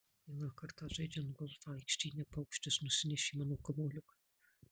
vieną kartą žaidžiant golfą aikštyne paukštis nusinešė mano kamuoliuką